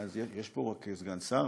יש פה סגן שר?